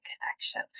connection